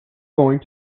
going